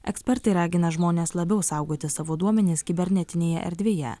ekspertai ragina žmones labiau saugoti savo duomenis kibernetinėje erdvėje